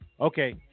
Okay